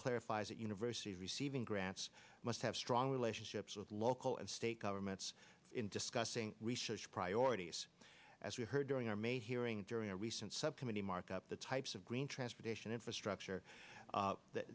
clarifies that university receiving grants must have strong relationships with local and state governments in discussing research priorities as we heard during our may hearing during a recent subcommittee markup the types of green transportation infrastructure that